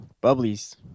bubbly's